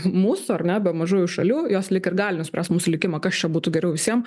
mūsų ar ne be mažųjų šalių jos lyg ir gali nuspręst mūsų likimą kas čia būtų geriau visiem